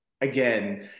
again